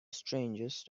strangest